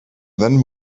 then